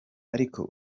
ariko